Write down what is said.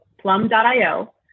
Plum.io